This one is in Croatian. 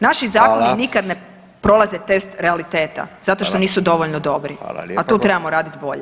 Naši zakoni [[Upadica: Hvala.]] nikad ne prolaze test realiteta zato što nisu dovoljno dobri, a tu trebamo raditi bolje.